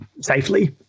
safely